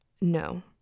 No